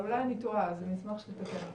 אולי אני טועה, אשמח שתתקן אותי.